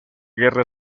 guerra